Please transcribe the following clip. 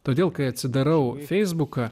todėl kai atsidarau feisbuką